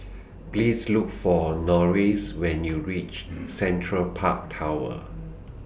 Please Look For Norris when YOU REACH Central Park Tower